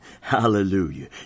Hallelujah